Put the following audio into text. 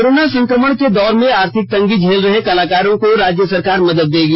corona संक्रमण के दौर में आर्थिक तंगी झेल रहे कलाकारों को राज्य सरकार मदद करेगी